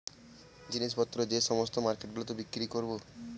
জিনিস পত্র যে সমস্ত মার্কেট গুলোতে বিক্রি করবো